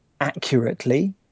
accurately